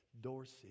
Dorsey